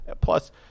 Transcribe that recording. plus